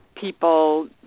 people